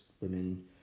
women